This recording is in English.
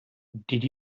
did